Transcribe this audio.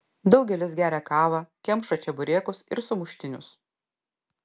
daugelis geria kavą kemša čeburekus ir sumuštinius